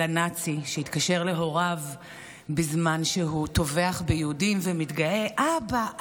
הנאצי שהתקשר להוריו בזמן שהוא טובח ביהודים ומתגאה: אבא,